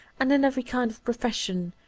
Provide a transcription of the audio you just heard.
and in every kind of profession,